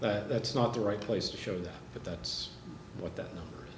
but that's not the right place to show that but that's what that